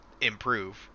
improve